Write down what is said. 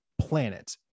planet